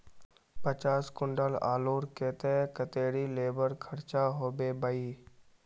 पचास कुंटल आलूर केते कतेरी लेबर खर्चा होबे बई?